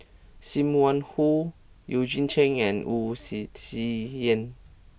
Sim Wong Hoo Eugene Chen and Wu Tsai Yen